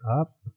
up